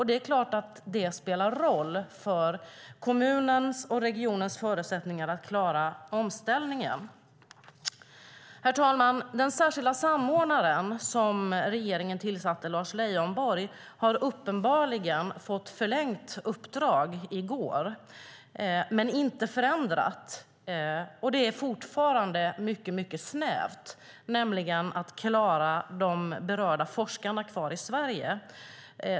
Det är klart att det spelar roll för kommunens och regionens förutsättningar att klara omställningen. Herr talman! Den särskilda samordnaren, som regeringen tillsatte, Lars Leijonborg, fick uppenbarligen förlängt uppdrag i går. Men det är inte förändrat, och det är fortfarande mycket snävt. Det handlar nämligen om att klara de berörda forskarna kvar i Sverige.